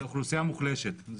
אזרחים מאוכלוסייה מוחלשת.